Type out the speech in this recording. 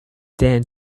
then